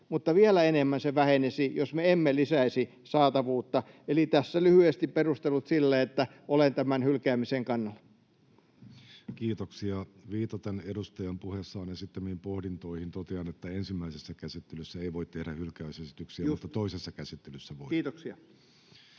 Mutta vielä enemmän se vähenisi, jos me emme lisäisi saatavuutta. Eli tässä lyhyesti perustelut sille, että olen tämän hylkäämisen kannalla. Kiitoksia. — Viitaten edustajan puheessaan esittämiin pohdintoihin totean, että ensimmäisessä käsittelyssä ei voi tehdä hylkäysesityksiä, mutta toisessa käsittelyssä voi. [Aki